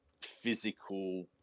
physical